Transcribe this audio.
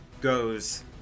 goes